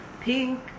pink